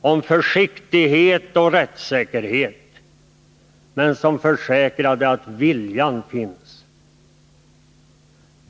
om försiktighet och om rättssäkerhet, men som ändå försäkrade att viljan finns.